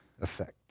effect